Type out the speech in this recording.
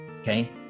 okay